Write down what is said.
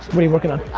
you working on?